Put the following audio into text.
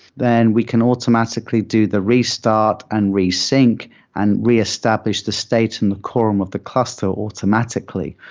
then we can automatically do the restart and re-sync and reestablish the state in the quorum of the cluster automatically.